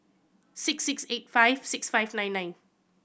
six six eight five six five nine nine